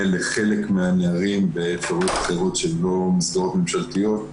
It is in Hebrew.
לחלק מהנערים במסגרות שהן לא ממשלתיות.